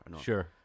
Sure